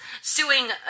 suing